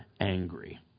angry